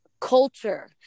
culture